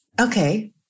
okay